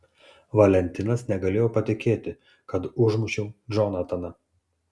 valentinas negalėjo patikėti kad užmušiau džonataną